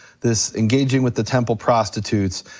this engaging with the temple prostitutes,